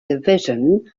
division